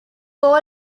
gall